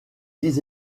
dix